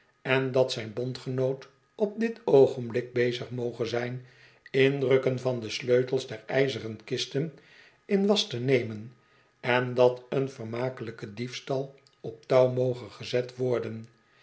en dat zijn bondgenoot op dit oogenblik bezig moge zijn indrukken van de sleutels der ijzeren kisten in was te nemen en dat een vermakelijke diefstal op touw moge gezet worden